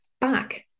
back